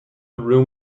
room